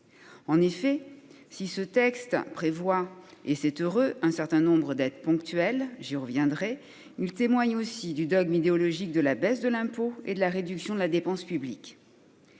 En effet, si ce texte prévoit- et c'est heureux -un certain nombre d'aides ponctuelles sur lesquelles je reviendrai, il exprime aussi le dogme idéologique de la baisse de l'impôt et de la réduction de la dépense publique.